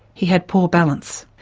he had poor balance.